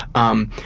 um,